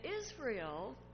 Israel